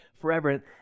forever